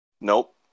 Nope